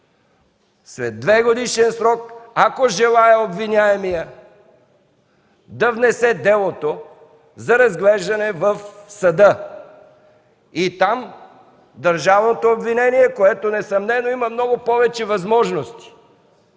след 2-годишен срок, ако обвиняемият желае, да внесе делото за разглеждане в съда и там държавното обвинение, което несъмнено има много повече възможности